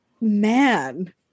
man